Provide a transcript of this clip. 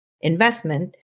investment